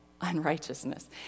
unrighteousness